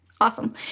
Awesome